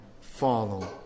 follow